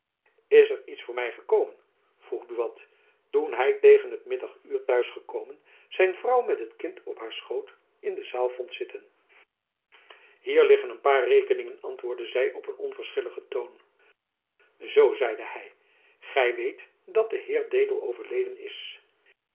is er iets voor my gekomen vroeg buat toen jacob van lennep elizabeth musch hy tegen het middaguur t'huis gekomen zijn vrouw met het kind op haar schoot in de zaal vond zitten hier liggen een paar rekeningen antwoordde zy op een onverschilligen toon zoo zeide hy gy weet dat de heer dedel overleden is